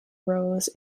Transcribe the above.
rows